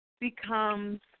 becomes